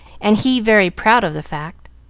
and he very proud of the fact.